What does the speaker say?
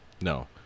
No